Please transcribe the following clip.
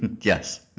Yes